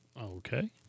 Okay